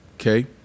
Okay